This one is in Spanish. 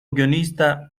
guionista